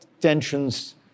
tensions